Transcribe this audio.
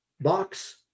box